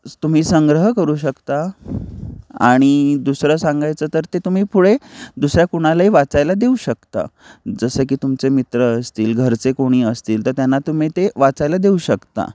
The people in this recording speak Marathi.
तुम्ही संग्रह करू शकता आणि दुसरं सांगायचं तर ते तुम्ही पुढे दुसऱ्या कुणालाही वाचायला देऊ शकता जसं की तुमचे मित्र असतील घरचे कोणी असतील तर त्यांना तुम्ही ते वाचायला देऊ शकता